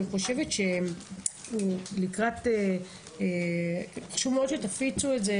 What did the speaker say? אני חושבת שחשוב מאד שתפיצו את זה,